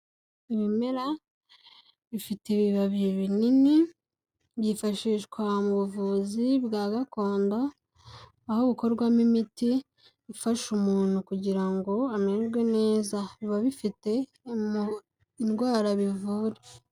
Ibimera bifite ibibabi binini, byifashishwa mu buvuzi bwa gakondo, aho bukorwamo imiti ifasha umuntu kugira ngo amererwe neza, biba bifite indwara bivura.